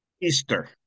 Easter